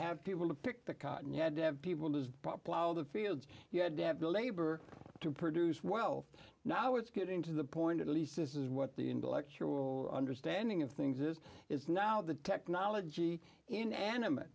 have people to pick the cotton you had to have people to plough the fields you had to have the labor to produce wealth now it's getting to the point at least this is what the intellectual understanding of things is it's now the technology in animate